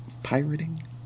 pirating